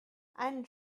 einen